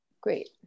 Great